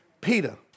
Peter